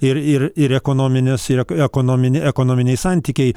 ir ir ir ekonominės ir ekonominė ekonominiai santykiai